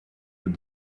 that